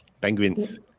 Penguins